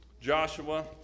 Joshua